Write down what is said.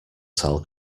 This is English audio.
tell